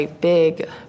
big